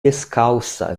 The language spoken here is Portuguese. descalça